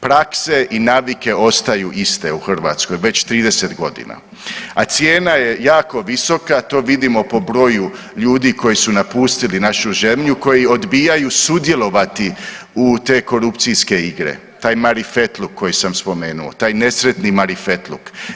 Prakse i navike ostaju iste u Hrvatskoj već 30.g., a cijena je jako visoka, to vidimo po broju ljudi koji su napustili našu zemlju i koji odbijaju sudjelovati u te korupcijske igre, taj marifetluk koji sam spomenuo, taj nesretni marifetluk.